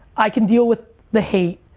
i can deal with the hate.